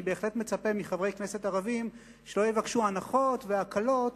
אני בהחלט מצפה מחברי כנסת ערבים שלא יבקשו הנחות והקלות